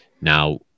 now